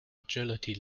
agility